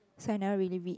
so I never really read